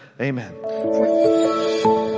amen